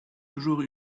toujours